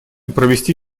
провести